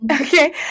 Okay